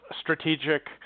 strategic